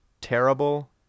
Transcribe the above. terrible